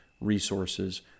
resources